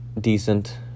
decent